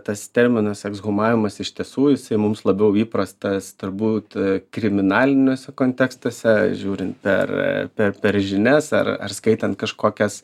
tas terminas ekshumavimas iš tiesų jisai mums labiau visiems įprastas turbūt kriminaliniuose kontekstuose žiūrint per per žinias ar skaitant kažkokias